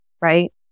right